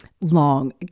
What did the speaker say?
long